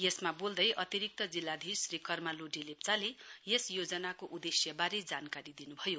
यसमा बोल्दै अतिरिक्त जिल्लाधीश श्री कर्मा लोड़े लेप्चाले यस योजनाको उदेश्यबारे जानकारी दिनुभयो